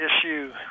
issue